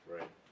Right